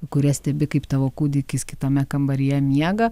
kuria stebi kaip tavo kūdikis kitame kambaryje miega